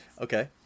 Okay